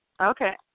Okay